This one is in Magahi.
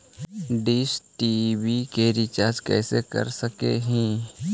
डीश टी.वी के रिचार्ज कैसे कर सक हिय?